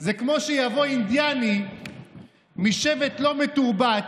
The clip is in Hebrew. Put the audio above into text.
זה כמו שיבוא אינדיאני משבט לא מתורבת